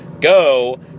go